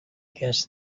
guess